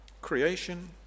Creation